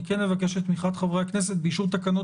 אני כן אבקש את תמיכת חברי הכנסת באישור תקנות